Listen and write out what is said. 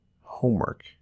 Homework